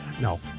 No